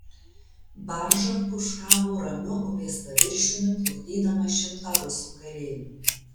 barža pūškavo ramiu upės paviršiumi plukdydama šimtą rusų kareivių